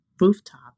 rooftop